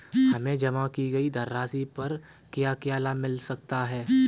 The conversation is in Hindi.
हमें जमा की गई धनराशि पर क्या क्या लाभ मिल सकता है?